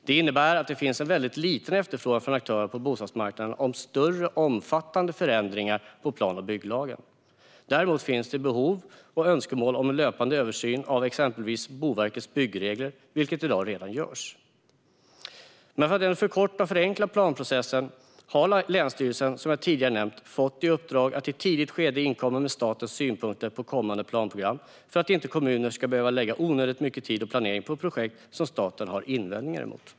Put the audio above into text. Det innebär att det finns en väldigt liten efterfrågan från aktörer på bostadsmarknaden när det gäller större, omfattande förändringar av plan och bygglagen. Däremot finns det behov och önskemål om en löpande översyn av exempelvis Boverkets byggregler, något som i dag redan görs. För att förkorta och förenkla planprocessen har länsstyrelserna, som jag tidigare nämnde, fått i uppdrag att i ett tidigt skede inkomma med statens synpunkter på kommande planprogram, för att inte kommuner ska behöva lägga onödigt mycket tid och planering på projekt som staten har invändningar mot.